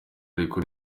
ariko